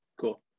cool